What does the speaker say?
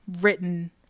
written